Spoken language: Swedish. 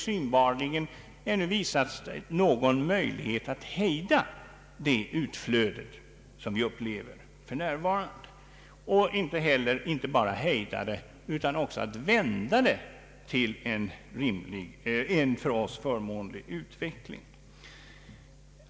riksbankens sedelutgivning, m.m. någon möjlighet synbarligen ännu har visat sig att hejda det utflöde som vi för närvarande upplever, ja inte bara att hejda det utan också vända det till en för oss förmånlig utveckling.